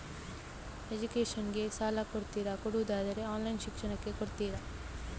Education ಗೆ ಸಾಲ ಕೊಡ್ತೀರಾ, ಕೊಡುವುದಾದರೆ ಆನ್ಲೈನ್ ಶಿಕ್ಷಣಕ್ಕೆ ಕೊಡ್ತೀರಾ?